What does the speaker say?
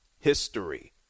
history